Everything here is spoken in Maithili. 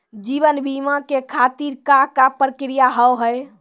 जीवन बीमा के खातिर का का प्रक्रिया हाव हाय?